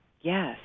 Yes